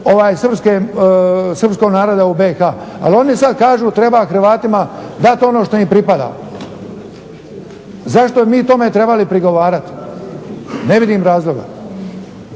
Srpskog naroda u BIH, ali oni sada kažu treba Hrvatima dati ono što im pripada. Zašto bi mi tome trebali prigovarati, ne vidim razloga.